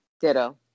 Ditto